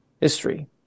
History